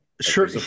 sure